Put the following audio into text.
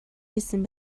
хийсэн